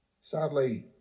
Sadly